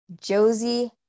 Josie